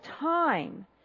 time